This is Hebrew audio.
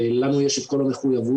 לנו יש את כל המחויבות.